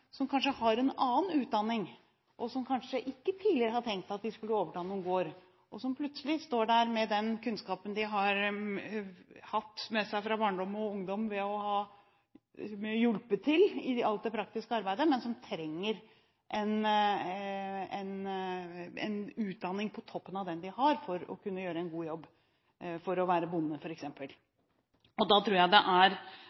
som kanskje har en annen utdanning, som kanskje ikke tidligere har tenkt at de skulle overta noen gård, og som plutselig står der med den kunnskapen de har hatt med seg fra barndom og ungdom ved å ha hjulpet til i alt det praktiske arbeidet, men som trenger en utdanning på toppen av den de har, for å kunne gjøre en god jobb f.eks. som bonde.